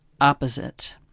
opposite